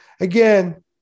Again